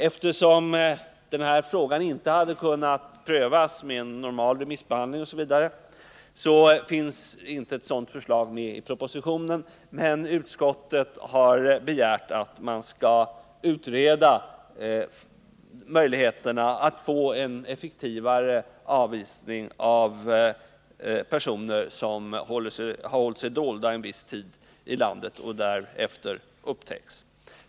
Eftersom denna fråga inte har kunnat prövas genom normal remissbehandling finns inte ett sådant förslag med i propositionen, men utskottet har begärt att man skall utreda möjligheterna till en effektivare avvisning av personer som har hållit sig dolda en viss tid i landet och därefter upptäckts.